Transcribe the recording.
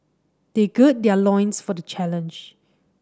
they gird their loins for the challenge